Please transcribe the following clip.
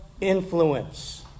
influence